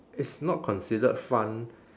it's not considered fun